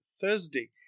Thursday